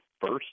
first